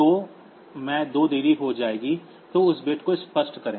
तो मैं दो देरी हो जाएगी तो उस बिट को स्पष्ट करें